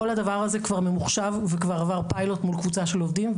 כל הדבר הזה כבר ממוחשב וכבר עבר פיילוט מול קבוצה של עובדים,